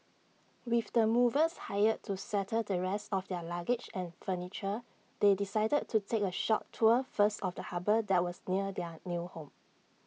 with the movers hired to settle the rest of their luggage and furniture they decided to take A short tour first of the harbour that was near their new home